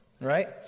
Right